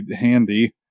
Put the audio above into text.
handy